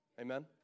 Amen